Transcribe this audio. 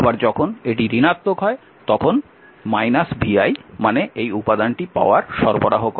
আবার যখন এটি ঋণাত্মক হয় তখন vi মানে এই উপাদানটি পাওয়ার সরবরাহ করে